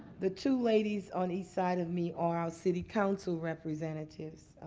the two ladies on each side of me are our city council representatives.